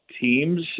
teams